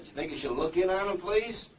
think he should look in on him, please?